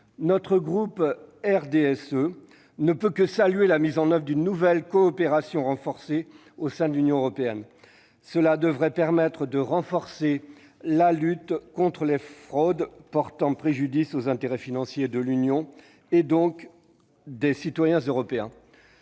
Le groupe du RDSE ne peut que saluer la mise en oeuvre d'une nouvelle coopération renforcée au sein de l'Union européenne. Cela devrait permettre d'accroître la lutte contre les fraudes portant préjudice aux intérêts financiers de l'Union, et donc des citoyens européens.